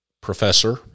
professor